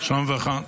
שלום וברכה.